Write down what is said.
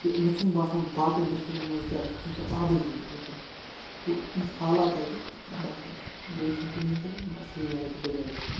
کہِ مےٚ چھُنہٕ باسان باقیَن ڈِسٹرکَن منٛز کیٛاہ آسہِ تیٖژاہ آبٲدی ٹوٹَل گوٚو یہِ چھُ حالات اَتہِ باقٕے بیٚیہِ چھِنہٕ کِہیٖنۍ تہٕ سرینَگَر چھِ بٔڑھیا ڈسٹرک